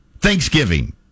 Thanksgiving